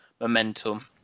momentum